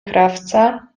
krawca